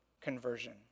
conversion